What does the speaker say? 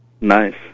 Nice